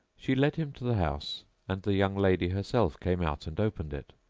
she led him to the house and the young lady herself came out and opened it,